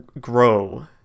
grow